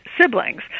siblings